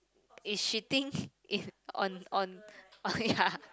is shitting in on on on ya